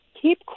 Keep